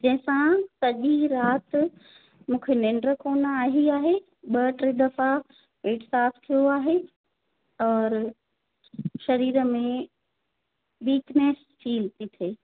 जंहिंसां सॼी राति मूंखे निंड कोन आई आहे ॿ टे दफ़ा पेटु साफ़ु थियो आहे और शरीर में विकनैस फील थी थिए